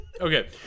Okay